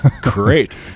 Great